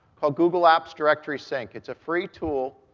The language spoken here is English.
called google apps directory sync. it's a free tool,